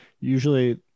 Usually